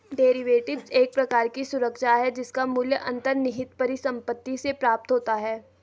derivatives एक प्रकार की सुरक्षा है जिसका मूल्य अंतर्निहित परिसंपत्ति से प्राप्त होता है